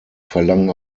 verlangen